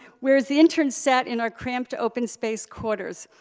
whereas the interns sat in our cramped open-spaced corridors.